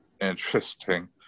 interesting